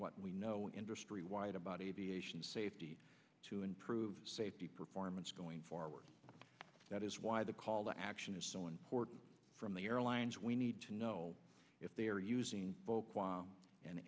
what we know industry wide about aviation safety to improve safety performance going forward that is why the call the action is so important from the airlines we need to know if they are using